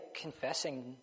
confessing